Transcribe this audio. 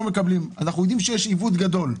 אנחנו יודעים שיש עיוות גדול.